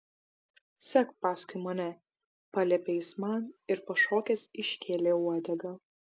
sek paskui mane paliepė jis man ir pašokęs iškėlė uodegą